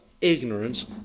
ignorance